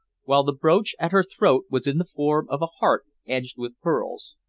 while the brooch at her throat was in the form of a heart edged with pearls.